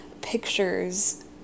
pictures